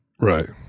Right